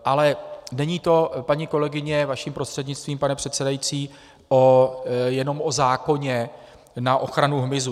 Ale není to, paní kolegyně, vaším prostřednictvím, pane předsedající, jenom o zákoně na ochranu hmyzu.